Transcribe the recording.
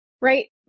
right